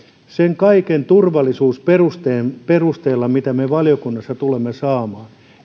sen kaiken turvallisuusperusteen perusteella mitä me valiokunnassa tulemme saamaan